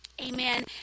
amen